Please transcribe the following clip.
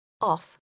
off